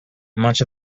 much